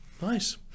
Nice